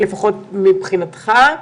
לפחות מבחינתך.